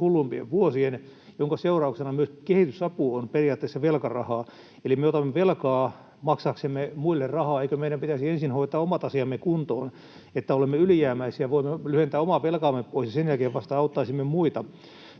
hulluimpien vuosien, minkä seurauksena myös kehitysapu on periaatteessa velkarahaa, eli me otamme velkaa maksaaksemme muille rahaa. Eikö meidän pitäisi ensin hoitaa omat asiamme kuntoon, niin että olemme ylijäämäisiä ja voimme lyhentää omaa velkaamme pois, ja sen jälkeen vasta auttaa muita?